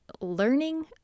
learning